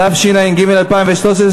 התשע"ג 2013,